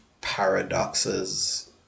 paradoxes